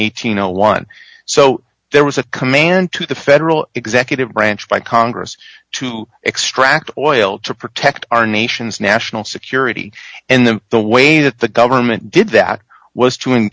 dollars so there was a command to the federal executive branch by congress to extract oil to protect our nation's national security and the the way that the government did that was t